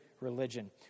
religion